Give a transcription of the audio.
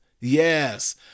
Yes